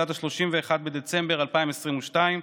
עד 31 בדצמבר 2022,